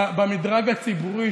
במדרג הציבורי,